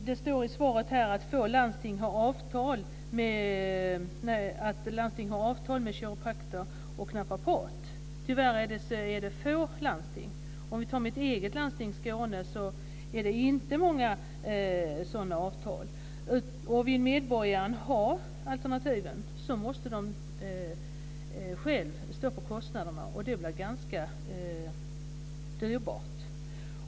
Det står i svaret att flera landsting har avtal med kiropraktorer och naprapater. Tyvärr är det bara fråga om några få landsting. Mitt hemlandsting, Region Skåne, har inte många sådana avtal. Vill medborgarna ha alternativen måste de själva stå för kostnaderna, och det blir ganska dyrbart.